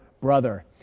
brother